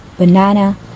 banana